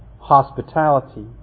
hospitality